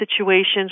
situations